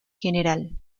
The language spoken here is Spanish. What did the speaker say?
gral